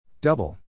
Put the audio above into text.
Double